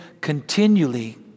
continually